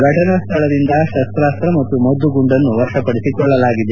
ಘಟನಾ ಸ್ಥಳದಿಂದ ಶಸ್ತಾಸ್ತ ಮತ್ತು ಮದ್ದುಗುಂಡನ್ನು ವಶಪಡಿಸಿಕೊಳ್ಳಲಾಗಿದೆ